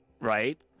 right